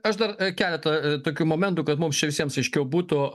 aš dar keletą tokių momentų kad mums čia visiems aiškiau būtų